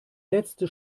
letzte